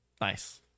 Nice